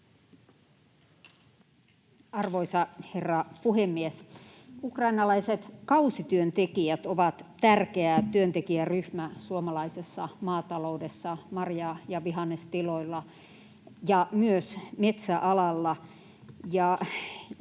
Arvoisa herra puhemies! Ukrainalaiset kausityöntekijät ovat tärkeä työntekijäryhmä suomalaisessa maataloudessa, marja- ja vihannestiloilla ja myös metsäalalla.